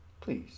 Please